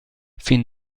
fin